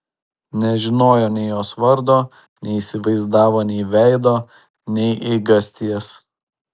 nežinojo nei jos vardo neįsivaizdavo nei veido nei eigasties